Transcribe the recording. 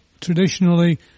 traditionally